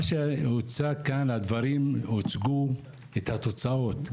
מה שהוצג כאן, הדברים הציגו את התוצאות.